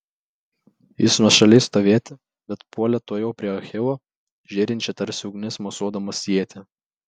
jis nuošaliai stovėti bet puolė tuojau prie achilo žėrinčią tarsi ugnis mosuodamas ietį